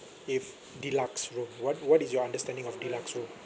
if deluxe room what what is your understanding of deluxe room